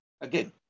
Again